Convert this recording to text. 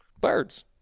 birds